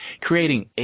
creating